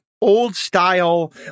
old-style